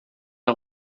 der